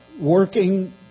working